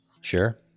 Sure